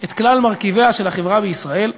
את כלל מרכיביה של החברה בישראל,